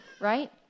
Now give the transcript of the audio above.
right